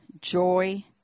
Joy